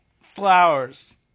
Flowers